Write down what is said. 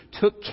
took